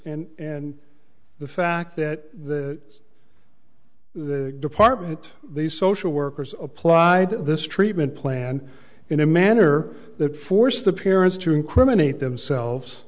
and the fact that the the department these social workers applied this treatment plan in a manner that forced the parents to incriminate themselves